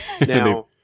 Now